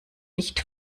nicht